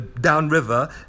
downriver